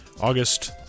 August